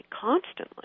constantly